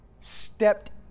stepped